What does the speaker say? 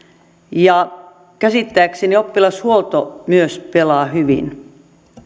ja käsittääkseni oppilashuolto myös pelaa hyvin